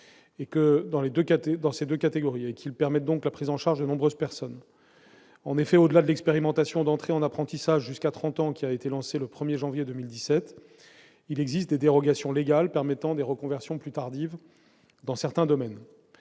Ils permettent donc la prise en charge de nombreuses personnes. En effet, au-delà de l'expérimentation d'entrée en apprentissage jusqu'à trente ans lancée le 1 janvier 2017, il existe des dérogations légales permettant des reconversions plus tardives dans certains domaines.